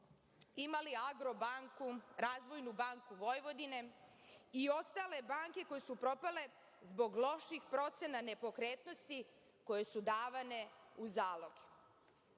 imali „Agrobanku“, „Razvojnu banku Vojvodine“ i ostale banke koje su propale zbog loših procena nepokretnosti koje su davane u zaloge. Da